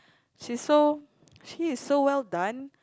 she's so she is so well done